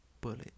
bullet